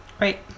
Right